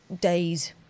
days